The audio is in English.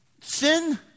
sin